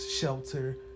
shelter